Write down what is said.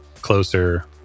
closer